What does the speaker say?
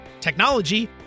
technology